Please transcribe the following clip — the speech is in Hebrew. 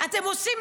יופי.